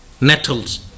nettles